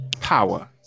power